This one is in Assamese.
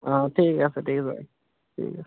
অঁ ঠিক আছে ঠিক আছে ঠিক আছে